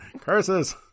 Curses